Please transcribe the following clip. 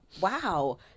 Wow